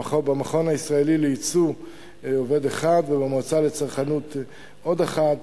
במכון הישראלי לייצוא עובד אחד ובמועצה לצרכנות עוד אחד.